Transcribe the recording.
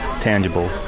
tangible